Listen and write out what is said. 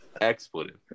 expletive